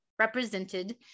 represented